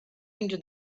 into